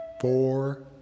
four